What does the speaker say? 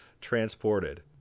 transported